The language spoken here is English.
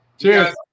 Cheers